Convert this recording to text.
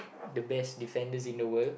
the best defenders in the world